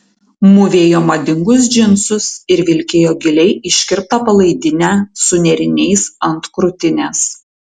mūvėjo madingus džinsus ir vilkėjo giliai iškirptą palaidinę su nėriniais ant krūtinės